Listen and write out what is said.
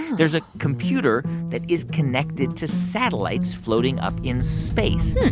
there's a computer that is connected to satellites floating up in space.